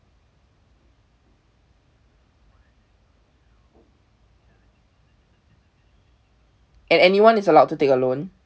and anyone is allowed to take a loan